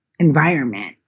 environment